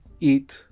eat